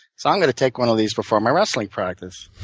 so i'm going to take one of these before my wrestling practice.